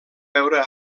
veure